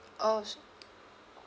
oh